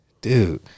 dude